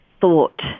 thought